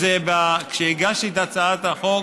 אמרתי, כשהגשתי את הצעת החוק,